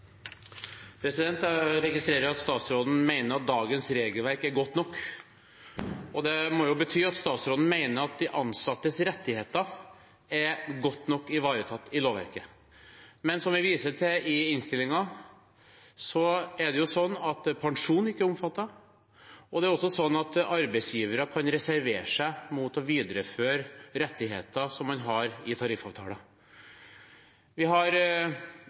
godt nok. Det må jo bety at statsråden mener at de ansattes rettigheter er godt nok ivaretatt i lovverket. Men som vi viser til i innstillingen, er det jo slik at pensjon ikke er omfattet, og det er også slik at arbeidsgivere kan reservere seg mot å videreføre rettigheter som man har i tariffavtaler. Vi har